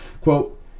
Quote